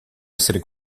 essere